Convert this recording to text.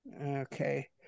okay